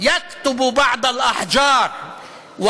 /